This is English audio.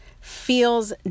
feels